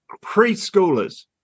preschoolers